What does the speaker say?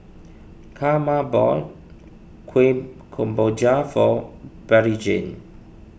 Carma bought Kueh Kemboja for Bettyjane